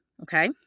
okay